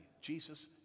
Jesus